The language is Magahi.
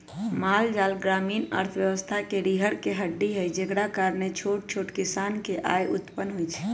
माल जाल ग्रामीण अर्थव्यवस्था के रीरह के हड्डी हई जेकरा कारणे छोट छोट किसान के आय उत्पन होइ छइ